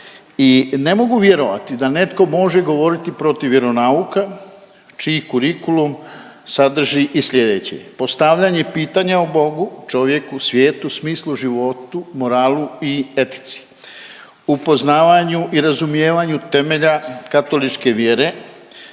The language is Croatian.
I ne mogu vjerovati da netko može govoriti protiv vjeronauka čiji kurikulum sadrži i slijedeće, postavljanje pitanja o Bogu, čovjeku, svijetu, smislu životu, moralu i etici, upoznavanju i razumijevanju temelja katoličke vjere,